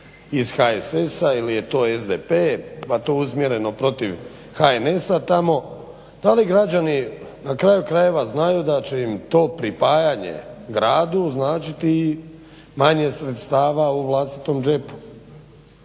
ih HSS-a, ili je to SDP, pa tu uzmjereno protiv HNS-a tamo, da li građani na kraju krajeva znaju da će im to pripajanje gradu značiti i manje sredstava u vlastitom džepu.